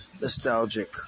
Nostalgic